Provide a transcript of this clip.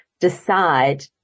decide